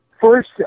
first